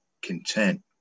content